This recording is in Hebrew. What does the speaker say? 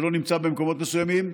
שלא נמצא במקומות מסוימים.